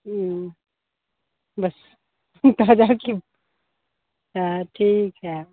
बस ताज़ा कि हाँ ठीक है